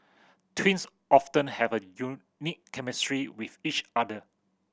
twins often have a unique chemistry with each other